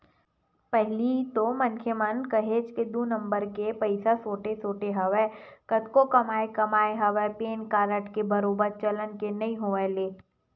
पहिली तो मनखे मन काहेच के दू नंबर के पइसा सोटे सोटे हवय कतको कमाए कमाए हवय पेन कारड के बरोबर चलन के नइ होय ले